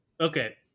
Okay